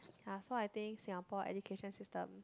ya so I think Singapore education system